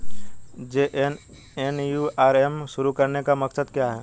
JNNURM शुरू करने का मकसद क्या था?